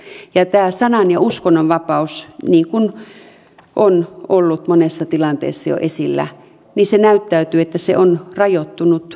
näyttää että tämä sanan ja uskonnonvapaus niin kuin on ollut monessa tilanteessa jo esillä on rajoittunut jo nyt